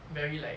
very like